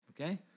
okay